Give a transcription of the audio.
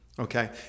Okay